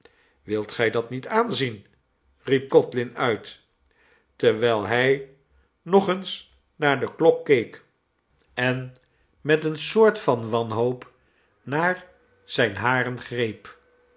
wilt gij dat niet aanzien riep codlin uit terwijl hij nog eens naar de klok keek en met eene soort van wanhoop naar zijne haren greep